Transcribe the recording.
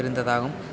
பிரிந்ததாகும்